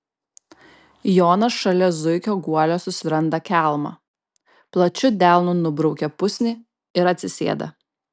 jonas šalia zuikio guolio susiranda kelmą plačiu delnu nubraukia pusnį ir atsisėda